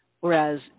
Whereas